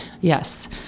Yes